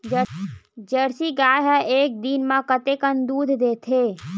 Jersey गाय ह एक दिन म कतेकन दूध देथे?